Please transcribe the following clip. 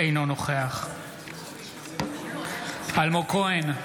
אינו נוכח אלמוג כהן,